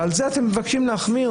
ואת זה אתם מבקשים להחמיר.